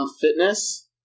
fitness